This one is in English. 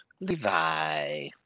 Levi